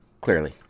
clearly